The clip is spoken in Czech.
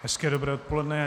Hezké dobré odpoledne.